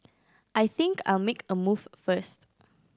I think I'll make a move first